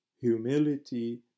humility